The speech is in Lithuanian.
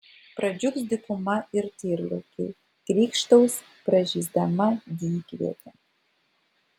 pradžiugs dykuma ir tyrlaukiai krykštaus pražysdama dykvietė